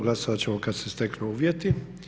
Glasovat ćemo kad se steknu uvjeti.